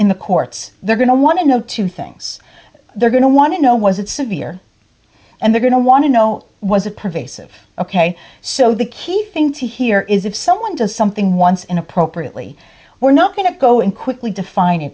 in the courts they're going to want to know two things they're going to want to know was it severe and they're going to want to know was it pervasive ok so the key thing to here is if someone does something once in appropriately we're not going to go in quickly defin